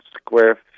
square